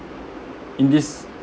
in this